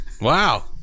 Wow